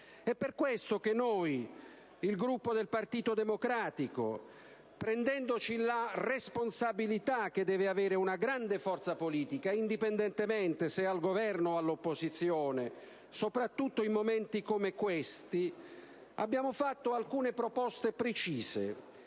È per questa ragione che il Gruppo del Partito Democratico (assumendosi la responsabilità che deve avere una grande forza politica, indipendentemente se al governo o all'opposizione, soprattutto in momenti come questi) ha fatto alcune proposte precise,